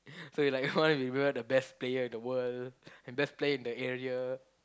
so you like one to be one of the best player in the world the best player in the area